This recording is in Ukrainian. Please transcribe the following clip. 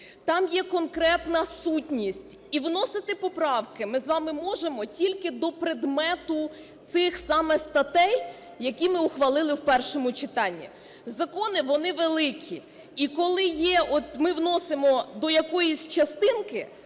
там є конкретна сутність. І вносити поправки ми з вами можемо тільки до предмету цих саме статей, які ми ухвалили в першому читанні. Закони, вони великі, і коли ми вносимо до якоїсь частинки,